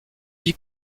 vie